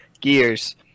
Gears